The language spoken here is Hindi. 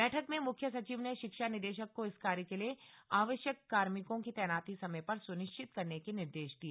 बैठक में मुख्य सचिव ने शिक्षा निदेशक को इस कार्य के लिए आवश्यक कार्मिकों की तैनाती समय पर सुनिश्चित करने के निर्देश दिए